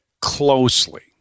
closely